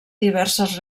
diverses